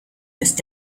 ist